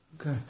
Okay